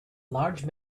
large